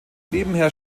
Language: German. nebenher